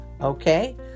Okay